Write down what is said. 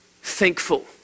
thankful